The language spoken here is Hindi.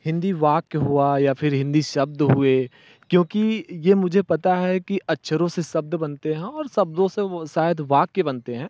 हिंदी वाक्य हुआ या फिर हिंदी शब्द हुए क्योंकि ये मुझे पता है कि अक्षरों से शब्द बनते हैं और शब्दों से वो शायद वाक्य बनते हैं